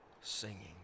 singing